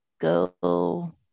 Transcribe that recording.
go